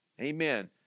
amen